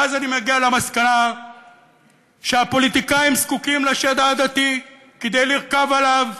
ואז אני מגיע למסקנה שהפוליטיקאים זקוקים לשד העדתי כדי לרכב עליו,